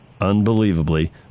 unbelievably